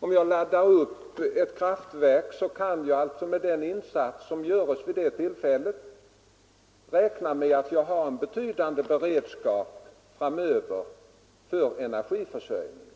Om man laddar upp ett kärnkraftverk kan man med den insats som görs räkna med en betydande beredskap framöver när det gäller energiförsörjningen.